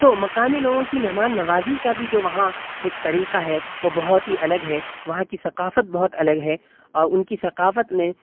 تو مقامی لوگوں کی مہمان نوازی کا بھی جو وہاں ایک طریقہ ہے وہ بہت ہی الگ ہے وہاں کی ثقافت بہت الگ ہے اور ان کی ثقافت نے